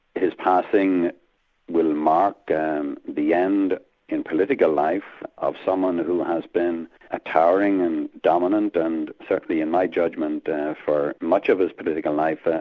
his passing will mark um the end in political life of someone who has been a towering and dominant and certainly in my judgement for much of his political life, but